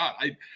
god